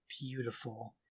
beautiful